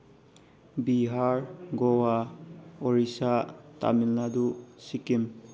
Bihar Goa Orissa Tamil Nadu Sikkim